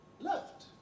left